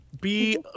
Be-